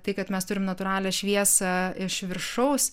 tai kad mes turim natūralią šviesą iš viršaus